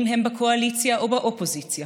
בין שהם בקואליציה ובין שהם באופוזיציה.